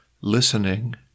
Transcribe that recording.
listening